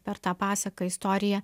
per tą pasaką istoriją